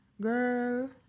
Girl